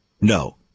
No